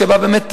שבה באמת,